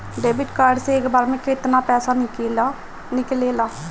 Debit card से एक बार मे केतना पैसा निकले ला?